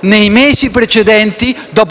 nei mesi precedenti dopo